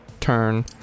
turn